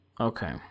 okay